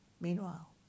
Meanwhile